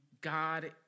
God